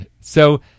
So-